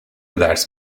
درس